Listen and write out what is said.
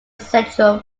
central